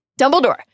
Dumbledore